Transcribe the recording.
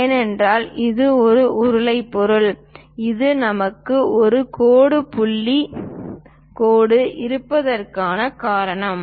ஏனென்றால் இது ஒரு உருளை பொருள் இது நமக்கு ஒரு கோடு புள்ளி கோடு இருப்பதற்கான காரணம்